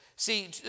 See